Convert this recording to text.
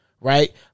right